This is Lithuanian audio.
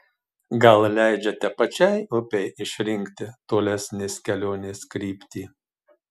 gal leidžiate pačiai upei išrinkti tolesnės kelionės kryptį